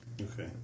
Okay